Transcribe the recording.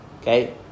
Okay